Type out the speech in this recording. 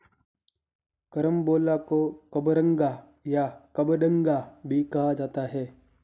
carambola को कबरंगा या कबडंगा भी कहा जाता है